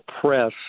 press